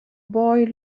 boy